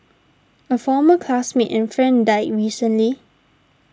a former classmate and friend died recently